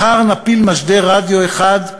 מחר נפיל משדר רדיו אחד,